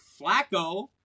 Flacco